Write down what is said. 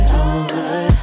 over